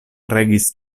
regis